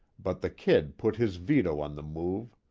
but the kid put his veto on the move.